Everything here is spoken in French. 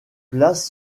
places